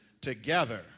together